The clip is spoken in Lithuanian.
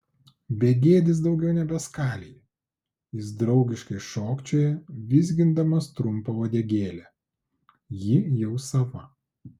begėdis daugiau nebeskalija jis draugiškai šokčioja vizgindamas trumpą uodegėlę ji jau sava